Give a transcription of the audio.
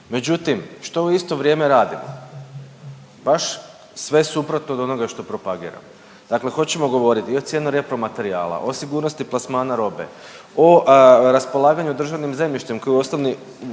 Međutim, što u isto vrijeme radimo? Baš sve suprotno od onoga što propagiramo, dakle hoćemo govoriti i o cijeni repromaterijala, o sigurnosti plasmana robe, o raspolaganju državnim zemljištem koji je osnovni